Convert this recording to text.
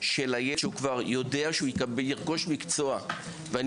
של הילד שהוא כבר יודע שהוא ירכוש מקצוע ואני